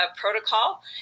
protocol